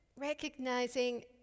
recognizing